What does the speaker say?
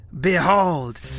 Behold